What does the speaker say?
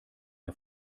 der